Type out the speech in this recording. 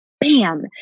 bam